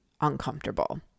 uncomfortable